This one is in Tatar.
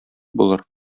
булыр